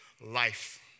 life